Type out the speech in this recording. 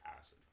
Acid